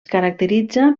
caracteritza